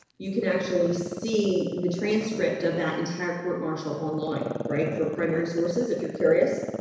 you can actually see the transcript of that entire court martial online right for primary sources. if you're curious